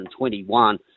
2021